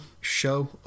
show